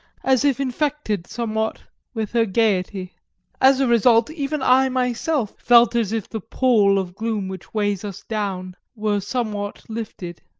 as if infected somewhat with her gaiety as a result even i myself felt as if the pall of gloom which weighs us down were somewhat lifted.